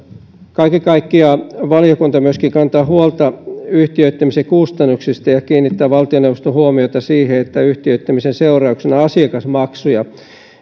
kaiken kaikkiaan valiokunta myöskin kantaa huolta yhtiöittämisen kustannuksista ja kiinnittää valtioneuvoston huomiota siihen että yhtiöittämisen seurauksena asiakasmaksuja